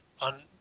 on